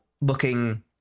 looking